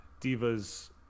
divas